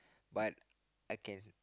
but I can